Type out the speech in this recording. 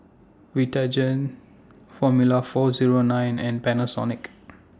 Vitagen Formula four Zero nine and Panasonic